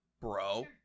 bro